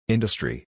Industry